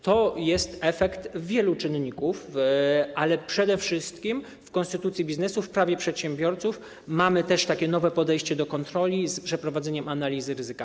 To jest efekt wielu czynników, ale przede wszystkim w konstytucji biznesu, w Prawie przedsiębiorców mamy też nowe podejście do kontroli z przeprowadzeniem analizy ryzyka.